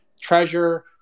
treasure